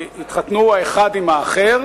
שיתחתנו האחד עם האחר.